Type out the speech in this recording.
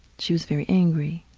she was very angry.